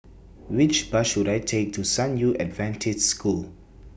Which Bus should I Take to San Yu Adventist School